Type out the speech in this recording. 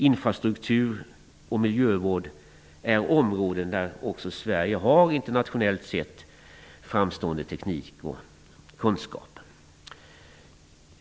Infrastruktur och miljövård är områden där Sverige har, internationellt sett, framstående teknik och kunskap.